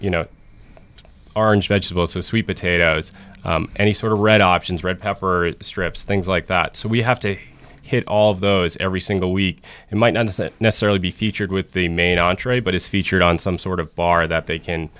you know orange vegetables are sweet potatoes any sort of red options red heifer strips things like that so we have to hit all of those every single week and might not necessarily be featured with the main entree but it's featured on some sort of bar that they can